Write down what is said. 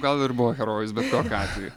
gal ir buvo herojus bet kokiu atveju